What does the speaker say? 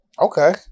Okay